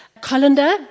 colander